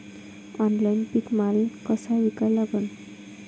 Online पीक माल कसा विका लागन?